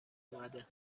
اومده